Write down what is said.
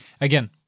Again